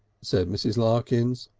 said mrs. larkins.